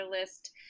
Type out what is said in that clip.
list